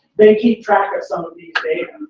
they keep track of some of these data.